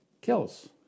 kills